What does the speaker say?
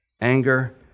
Anger